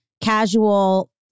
casual